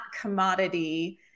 commodity